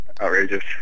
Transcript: outrageous